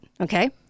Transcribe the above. Okay